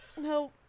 No